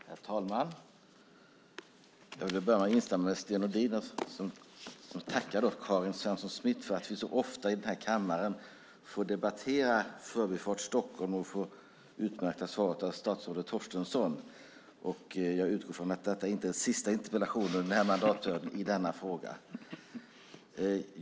Herr talman! Jag vill börja med att instämma med Sten Nordin som tackade Karin Svensson Smith för att vi så ofta i den här kammaren får debattera Förbifart Stockholm och få utmärkta svar av statsrådet Torstensson. Jag utgår från att detta inte är den sista interpellationen under den här mandatperioden i denna fråga.